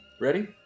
ready